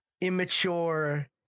immature